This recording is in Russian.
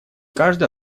каждый